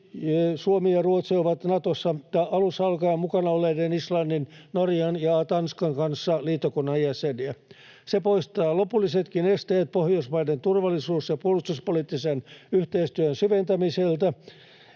Suomi ja Ruotsi ovat Natossa alusta alkaen mukana olleiden Islannin, Norjan ja Tanskan kanssa liittokunnan jäseniä. Se poistaa lopullisetkin esteet Pohjoismaiden turvallisuus- ja puolustuspoliittisen yhteistyön syventämiseltä,